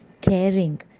caring